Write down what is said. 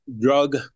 drug